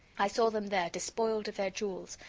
i saw them there, despoiled of their jewels,